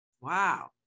Wow